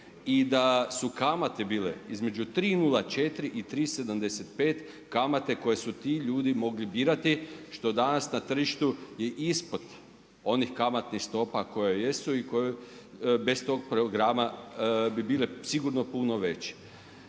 i da su kamate bile između 3,04 i 3,75 kamate koje su ti ljudi mogli birati što danas na tržištu je i ispod onih kamatnih stopa koje jesu i koje bez to programa bi bile sigurno puno veće.